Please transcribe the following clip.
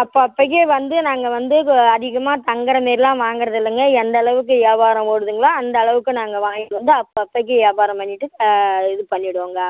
அப்பப்பைக்கு வந்து நாங்கள் வந்து அதிகமாக தங்குகிற மாரிலாம் வாங்குகிறதில்லங்க எந்தளவுக்கு வியாபாரம் ஓடுதுங்களோ அந்தளவுக்கு நாங்கள் வாங்கிகிட்டு வந்து அப்பப்பைக்கு வியாபாரம் பண்ணிவிட்டு இது பண்ணிவிடுவோங்க